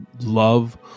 love